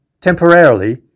Temporarily